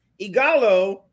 Igalo